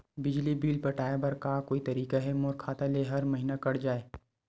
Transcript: बिजली बिल पटाय बर का कोई तरीका हे मोर खाता ले हर महीना कट जाय?